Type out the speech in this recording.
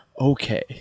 okay